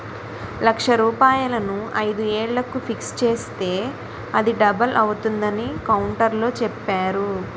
లక్ష రూపాయలను ఐదు ఏళ్లకు ఫిక్స్ చేస్తే అది డబుల్ అవుతుందని కౌంటర్లో చెప్పేరు